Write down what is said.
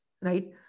Right